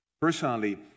personally